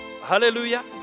Hallelujah